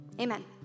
Amen